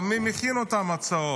אבל מי מכין את אותן הצעות?